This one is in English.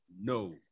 no